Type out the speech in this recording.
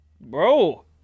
Bro